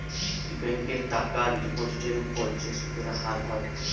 ব্যাংকে টাকার ডিপোজিটের উপর যে সুদের হার হয়